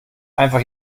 einfach